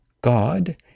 God